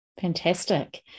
Fantastic